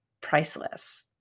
priceless